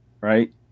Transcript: right